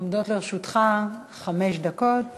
עומדות לרשותך חמש דקות